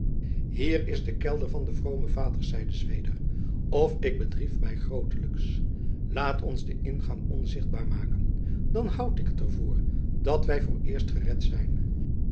hier is de kelder van de vrome vaders zeide zweder of ik bedrieg mij grootelijks laat ons den ingang onzichtbaar maken dan houd ik het er voor dat wij vooreerst gered zijn